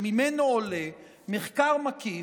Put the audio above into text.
שממנו עולה מחקר מקיף,